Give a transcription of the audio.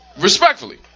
Respectfully